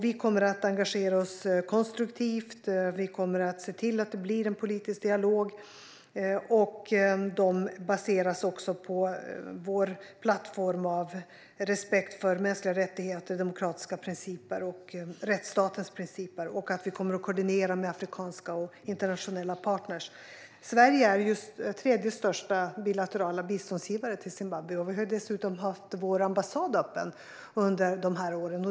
Vi kommer att engagera oss konstruktivt och se till att det blir en politisk dialog. Den baseras på vår plattform av respekt för mänskliga rättigheter, demokratiska principer och rättsstatens principer. Vi kommer att koordinera med afrikanska och internationella partner. Sverige är den tredje största bilaterala biståndsgivaren till Zimbabwe. Ambassaden har dessutom varit öppen under dessa år.